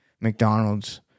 McDonald's